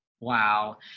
Wow